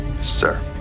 Sir